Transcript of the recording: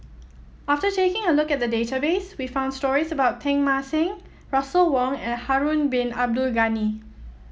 after taking a look at the database we found stories about Teng Mah Seng Russel Wong and Harun Bin Abdul Ghani